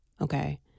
Okay